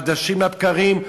חדשות לבקרים,